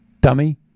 dummy